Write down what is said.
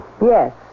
Yes